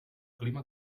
clima